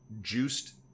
Juiced